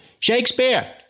Shakespeare